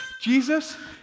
Jesus